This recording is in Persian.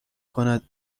کند